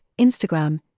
Instagram